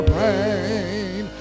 rain